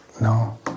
No